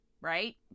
Right